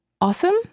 awesome